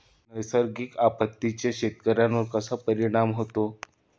नैसर्गिक आपत्तींचा शेतकऱ्यांवर कसा परिणाम होतो?